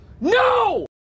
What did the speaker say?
No